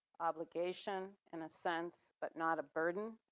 obligation in a sense but not a burden.